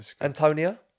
Antonia